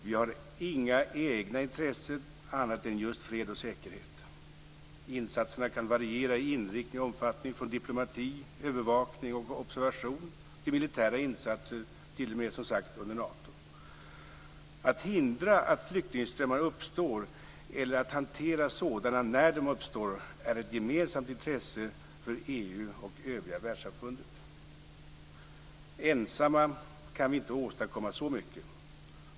Vi har inga egna intressen annat än just fred och säkerhet. Insatserna kan variera i inriktning och omfattning, från diplomati, övervakning och observation till militära insatser t.o.m. under Nato. Att hindra att flyktingströmmar uppstår eller att hantera sådana när de uppstår är ett gemensamt intresse för EU och övriga världssamfundet. Ensamma kan vi inte åstadkomma så mycket.